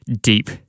deep